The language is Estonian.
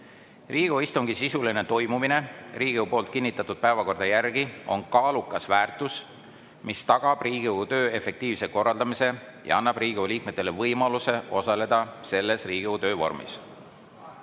Riigikogu istungi sisuline toimumine Riigikogu kinnitatud päevakorra järgi on kaalukas väärtus, mis tagab Riigikogu töö efektiivse korraldamise ja annab Riigikogu liikmetele võimaluse osaleda selles Riigikogu